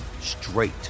straight